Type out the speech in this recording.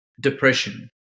depression